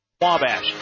Wabash